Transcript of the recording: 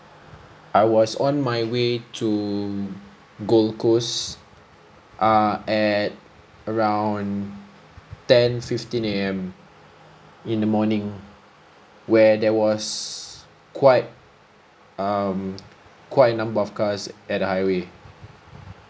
I was on my way to gold coast err at around ten fifteen A_M in the morning where there was quite um quite a number of cars at the highway